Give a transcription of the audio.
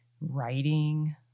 writing